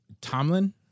Tomlin